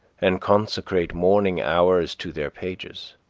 and consecrate morning hours to their pages.